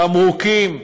תמרוקים,